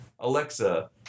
Alexa